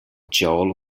joel